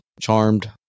charmed